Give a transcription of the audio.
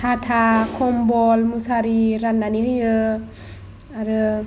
साथा कम्बल मुसारि राननानै होयो आरो